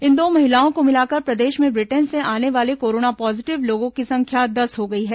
इन दो महिलाओं को मिलाकर प्रदेश में ब्रिटेन से आने वाले कोरोना पॉजिटिव लोगों की संख्या दस हो गई है